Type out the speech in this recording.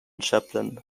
chaplin